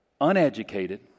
uneducated